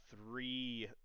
three